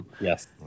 Yes